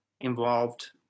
involved